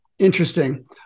Interesting